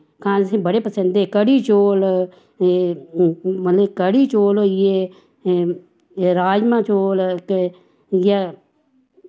खाने ई असें बड़े पसिंद हे क'ढ़ी चौल ते मतलब क'ढ़ी चौल होइये ते राजमा चौल इयै